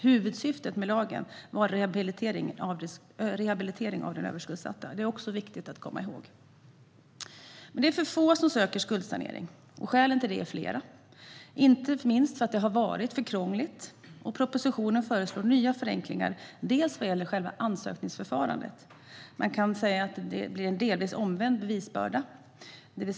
Huvudsyftet med lagen var rehabilitering av den överskuldsatta. Det är också viktigt att komma ihåg. Det är för få som söker skuldsanering. Skälen är flera. Inte minst har det varit för krångligt, och propositionen föreslår nya förenklingar bland annat vad gäller själva ansökningsförfarandet. Det blir fråga om en delvis omvänd bevisbörda.